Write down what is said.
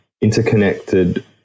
interconnected